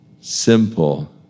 simple